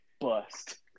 bust